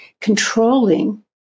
controlling